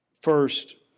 First